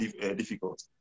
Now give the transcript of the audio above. difficult